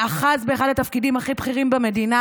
שאחז באחד התפקידים הכי בכירים במדינה,